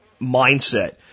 mindset